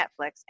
Netflix